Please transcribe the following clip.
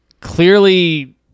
clearly